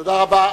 תודה רבה.